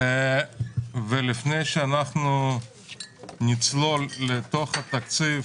לפני שאנחנו נצלול לתוך התקציב,